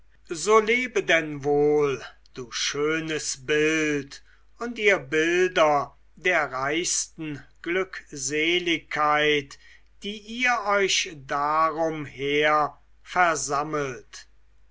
so lebe denn wohl du schönes bild und ihr bilder der reichsten glückseligkeit die ihr euch darum her versammelt